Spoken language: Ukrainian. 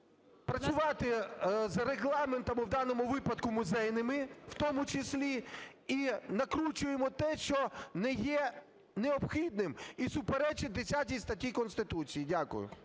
працювати за регламентами, в даному випадку музейними, в тому числі, і накручуємо те, що не є необхідним і суперечить 10 статті Конституції. Дякую.